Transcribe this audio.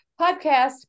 podcast